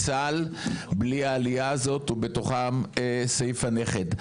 צה"ל בלי העלייה הזאת ובתוכם סעיף הנכד.